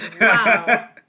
Wow